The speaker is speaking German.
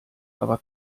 aber